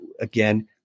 again